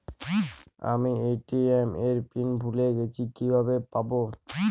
আমি এ.টি.এম এর পিন ভুলে গেছি কিভাবে পাবো?